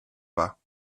pas